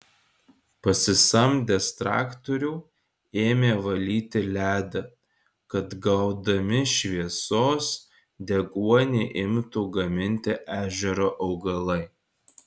pasisamdęs traktorių ėmė valyti ledą kad gaudami šviesos deguonį imtų gaminti ežero augalai